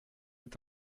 est